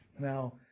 Now